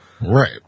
Right